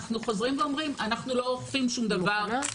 אנחנו חוזרים ואומרים: אנחנו לא אוכפים שום דבר.